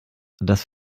das